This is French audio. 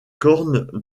corne